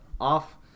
off